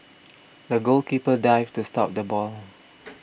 the goalkeeper dived to stop the ball